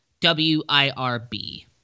WIRB